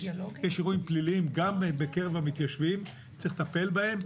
יש אירועים פליליים גם בקרב המתיישבים וצריך לטפל בהם,